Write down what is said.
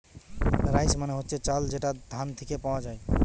rice মানে হচ্ছে চাল যেটা ধান থিকে পাওয়া যায়